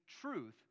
truth